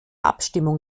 abstimmung